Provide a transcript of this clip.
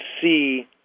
see